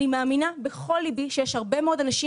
אני מאמינה בכל ליבי שיש הרבה מאוד אנשים